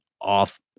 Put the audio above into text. off